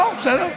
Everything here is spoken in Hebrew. לא, בסדר.